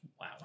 wow